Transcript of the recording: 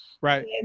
Right